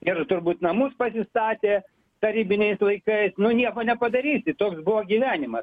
ir turbūt namus pasistatė tarybiniais laikais nieko nepadarysi toks buvo gyvenimas